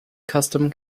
custom